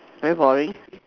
very boring